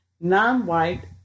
non-white